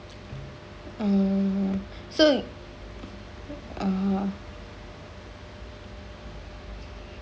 uh so (uh huh)